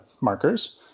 markers